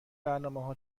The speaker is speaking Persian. برنامهها